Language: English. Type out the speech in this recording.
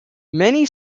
many